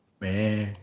man